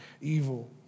evil